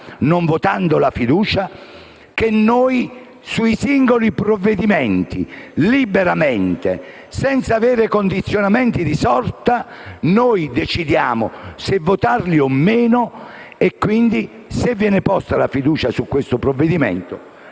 Non votando la fiducia dimostriamo che noi, sui singoli provvedimenti, liberamente, senza avere condizionamenti di sorta, decidiamo se votarli o meno. Ripeto, se viene posta la fiducia su questo provvedimento